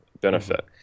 benefit